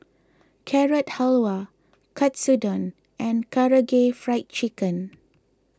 Carrot Halwa Katsudon and Karaage Fried Chicken